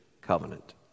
covenant